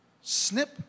Snip